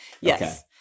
Yes